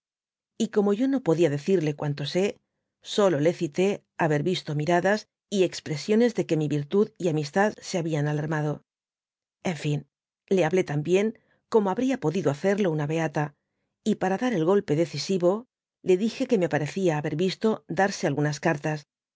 y como yo no podia decirle cuanto sé solo le cité haber tisto miradas y expresiones de que mi virtud y amistad se habían alarmado n fin le hablé también como habria podido hacerlo una beata y para dar el golpe decisiyo le dije que me parecía haber visto darse algunas cartas